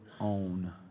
own